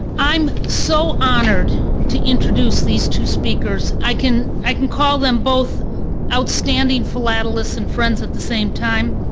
i'm so honored to introduce these two speakers. i can i can call them both outstanding philatelists and friends at the same time.